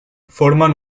formen